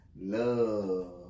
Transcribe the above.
love